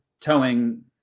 towing